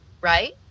right